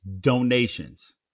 donations